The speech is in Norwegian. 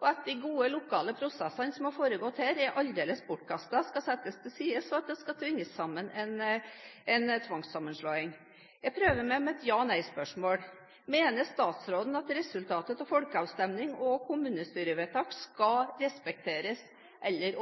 og at de gode lokale prosessene som har foregått her, er aldeles bortkastet, skal settes til side, og at man skal tvinge fram en sammenslåing. Jeg prøver meg med et ja/nei-spørsmål: Mener statsråden at resultatet av folkeavstemning og kommunestyrevedtak skal respekteres? Eller